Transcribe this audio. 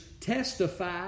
testify